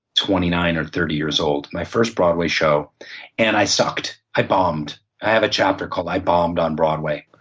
twenty nine or thirty years old. my first broadway show and i sucked. sucked. i bombed. i have a chapter called, i bombed on broadway.